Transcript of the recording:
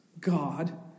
God